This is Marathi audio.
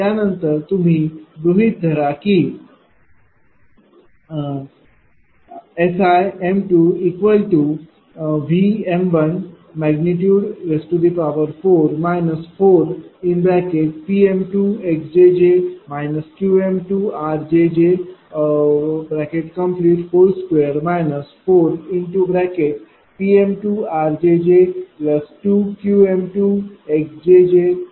त्यानंतर तुम्ही गृहित धरा की SIm2।V।4 4Pm2xjj Qm2rjj2 4Pm2rjj2Qm2xjj।V।2 आहे